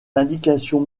indications